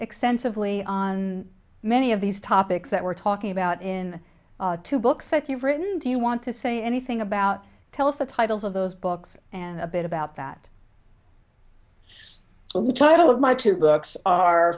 extensively on many of these topics that we're talking about in two books that you've written do you want to say anything about tell us the titles of those books and a bit about that so the title of my two books our